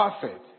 perfect